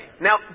Now